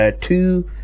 Two